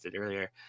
earlier